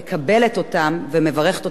אני רוצה להגיד תודה רבה לשר אהרונוביץ, תודה רבה.